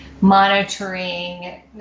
monitoring